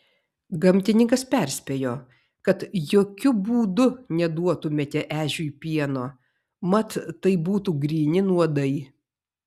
gamtininkas perspėjo kad jokiu būdu neduotumėte ežiui pieno mat tai būtų gryni nuodai